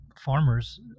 farmers